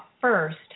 first